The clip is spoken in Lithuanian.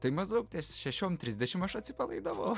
tai maždaug ties šešiom trisdešim aš atsipalaidavau